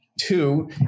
Two